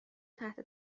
تحت